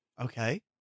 Okay